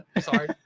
sorry